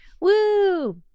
Woo